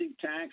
tax